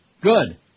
Good